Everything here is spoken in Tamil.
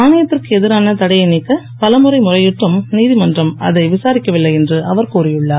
ஆணையத்திற்கு எதிரான தடையை நீக்க பலமுறை முறையிட்டும் நீதிமன்றம் அதை விசாரிக்கவில்லை என்று அவர் கூறியுளார்